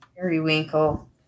Periwinkle